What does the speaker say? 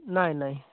ନାହିଁ ନାହିଁ